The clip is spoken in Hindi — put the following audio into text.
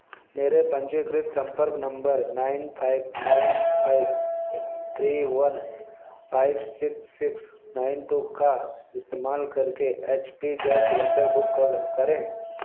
मेरे पंजीकृत संपर्क नंबर नौ पाँच नौ पाँच तीन एक पाँच छ छ नौ दो का इस्तेमाल करके H P gas cylinder book करें